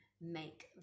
make